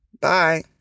Bye